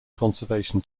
conservation